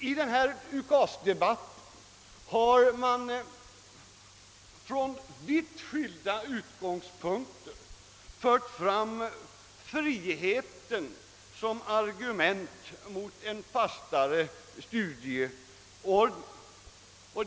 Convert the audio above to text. I den här UKAS-debatten har man från vitt skilda utgångspunkter framfört friheten som argument mot en fastare studieordning.